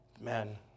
Man